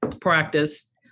practice